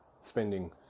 spending